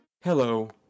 Hello